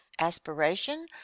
Aspiration